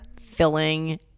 filling